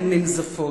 הן ננזפות.